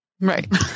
right